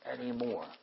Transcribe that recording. anymore